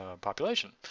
population